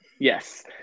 Yes